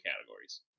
categories